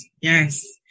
Yes